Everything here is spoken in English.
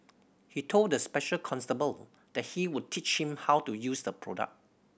he told the special constable that he would teach him how to use the product